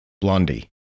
Blondie